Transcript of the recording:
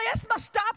איך אני אגייס משת"פים,